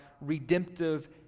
redemptive